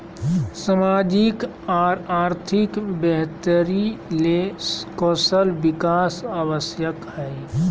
सामाजिक और आर्थिक बेहतरी ले कौशल विकास आवश्यक हइ